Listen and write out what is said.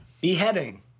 beheading